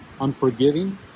unforgiving